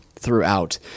throughout